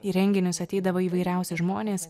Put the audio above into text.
į renginius ateidavo įvairiausi žmonės